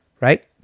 right